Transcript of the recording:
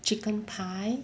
chicken pie